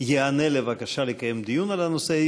ייענה לבקשה לקיים דיון על הנושא.